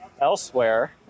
elsewhere